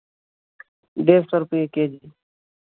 डेढ़ सौ रुपये के जी